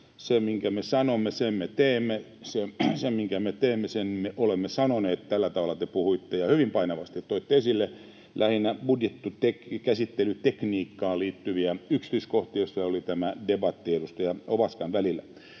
teemme, ja sen, minkä me teemme, sen me olemme sanoneet — tällä tavalla te puhuitte ja hyvin painavasti toitte esille lähinnä budjettikäsittelytekniikkaan liittyviä yksityiskohtia, joista oli tämä debatti edustaja Ovaskan kanssa.